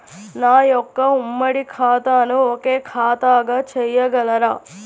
నా యొక్క ఉమ్మడి ఖాతాను ఒకే ఖాతాగా చేయగలరా?